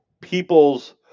people's